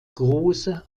große